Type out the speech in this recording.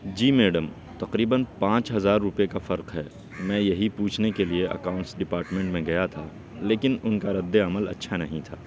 جی madam تقریباً پانچ ہزار روپے کا فرق ہے میں یہی پوچھنے کے لیے اکاؤنٹس ڈپارٹمنٹ میں گیا تھا لیکن ان کا ردِ عمل اچھا نہیں تھا